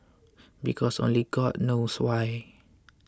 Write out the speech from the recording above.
because only god knows why